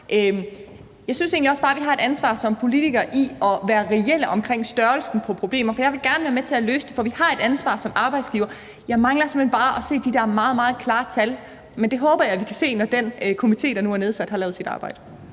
Jeg synes egentlig også bare, vi har et ansvar som politikere for at være reelle omkring størrelsen på problemer. Jeg vil gerne være med til at løse det, for vi har et ansvar som arbejdsgiver. Jeg mangler simpelt hen bare at se de der meget, meget klare tal. Men det håber jeg vi kan se, når den komité, der nu er nedsat, har lavet sit arbejde.